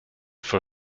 for